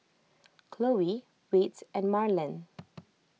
Khloe Whit and Marland